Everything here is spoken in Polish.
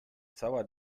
cała